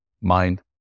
mind